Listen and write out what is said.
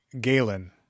Galen